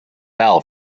fell